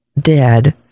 dead